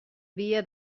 via